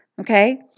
Okay